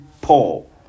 Paul